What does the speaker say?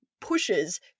pushes